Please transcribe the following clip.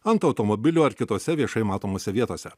ant automobilių ar kitose viešai matomose vietose